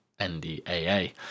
NDAA